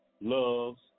loves